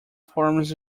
forms